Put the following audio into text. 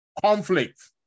Conflict